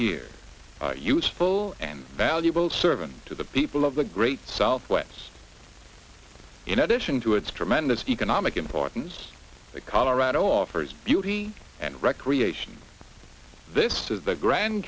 year useful and valuable servant to the people of the great southwest's in addition to its tremendous economic importance the colorado offers beauty and recreation this is the grand